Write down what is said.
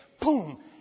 Boom